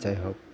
जायहक